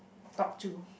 talk to